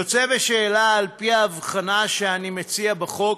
יוצא בשאלה, על-פי ההבחנה שאני מציע בחוק,